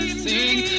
sing